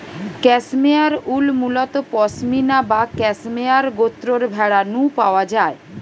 cashmere wool মুলত পসমিনা বা cashmere গোত্রর ভেড়া নু পাওয়া যায়